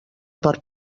per